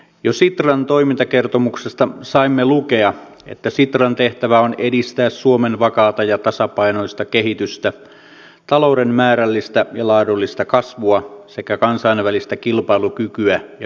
jo sitran toimintakertomuksesta saimme lukea että sitran tehtävä on edistää suomen vakaata ja tasapainoista kehitystä talouden määrällistä ja laadullista kasvua sekä kansainvälistä kilpailukykyä ja yhteistyötä